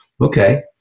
Okay